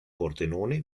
pordenone